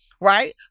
right